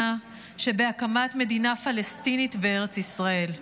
שבהקמת מדינה פלסטינית בארץ ישראל.